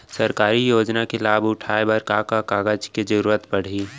सरकारी योजना के लाभ उठाए बर का का कागज के जरूरत परही